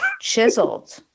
chiseled